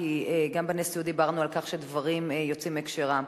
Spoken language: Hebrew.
כי גם בנשיאות דיברנו על כך שדברים יוצאים מהקשרם,